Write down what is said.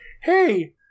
hey